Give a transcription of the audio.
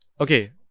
okay